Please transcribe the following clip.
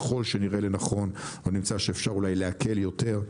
ככל שנראה לנכון ונמצא שאפשר להקל יותר,